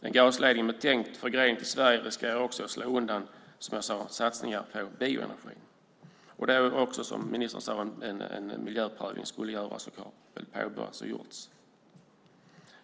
En gasledning med tänkt förgrening till Sverige riskerar också att slå undan satsningar på bioenergi även om en miljöprövning ska göras eller har gjorts.